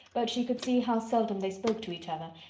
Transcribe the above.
but she could see how seldom they spoke to each other,